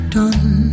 done